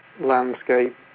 landscape